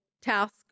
task